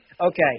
Okay